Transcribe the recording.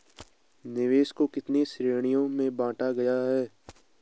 निवेश को कितने श्रेणियों में बांटा गया है?